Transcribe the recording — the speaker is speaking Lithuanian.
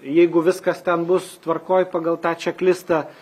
jeigu viskas ten bus tvarkoj pagal tą čeklistą